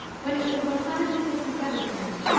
when it was the one hundred and sixty-seventh night,